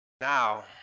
Now